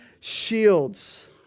shields